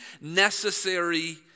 necessary